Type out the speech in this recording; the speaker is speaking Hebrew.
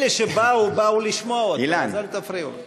אלו שבאו, באו לשמוע אותו, אז אל תפריעו לו.